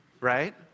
right